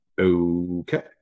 okay